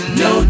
no